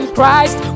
Christ